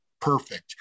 perfect